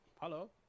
Hello